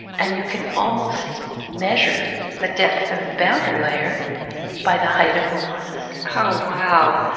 and you can almost measure the depth of the boundary layer by the height of the mosses. oh wow!